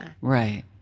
Right